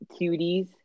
cuties